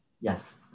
yes